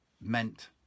meant